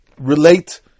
relate